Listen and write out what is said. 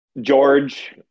George